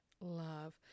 love